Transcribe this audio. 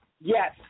Yes